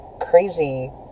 crazy